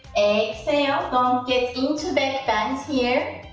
exhale don't get into backbend here,